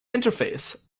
interface